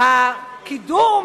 של קידום